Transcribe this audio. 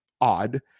odd